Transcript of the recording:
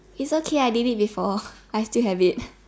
it's okay I did it before I still have it